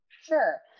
Sure